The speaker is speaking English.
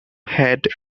had